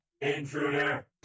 Intruder